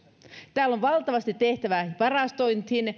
täällä on valtavasti tehtävää varastoinnissa